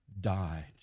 died